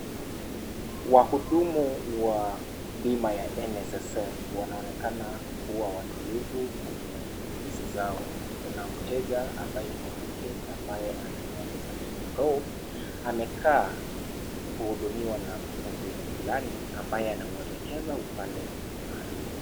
Wahudumu wa bima ya NSSF wanaonekana kuwa watulivu kwenye ofisi zao kuna mteja ambaye ni mwanamke ambaye ana nywele za kiafro amekaa kuhudumiwa na mhudumu fulani ambaye anamwelekeza upande maalum.